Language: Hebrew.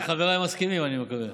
חבריי מסכימים, אני מקווה.